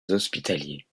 hospitaliers